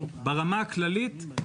ברמה הכללית,